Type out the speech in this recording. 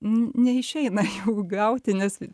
neišeina jų gauti nes